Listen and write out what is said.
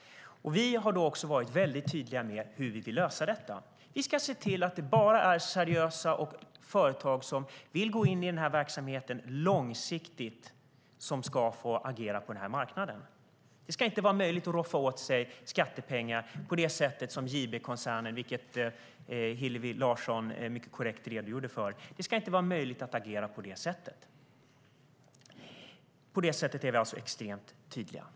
Vi har också varit tydliga med hur vi vill lösa detta. Vi ska se till att det bara är seriösa företag som vill gå in i verksamheten långsiktigt som ska få agera på marknaden. Det ska inte vara möjligt att roffa åt sig skattepengar på det sätt JB-koncernen gjorde. Hillevi Larsson redogjorde för detta mycket korrekt. Det ska inte vara möjligt att agera så. På det sättet är vi extremt tydliga.